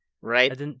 Right